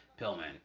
Pillman